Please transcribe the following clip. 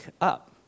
up